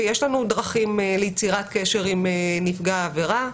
ויש לנו דרכים ליצירת קשר עם נפגע העבירה.